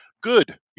good